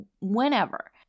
Whenever